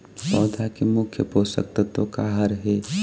पौधा के मुख्य पोषकतत्व का हर हे?